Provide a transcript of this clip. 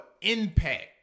impact